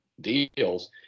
deals